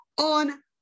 on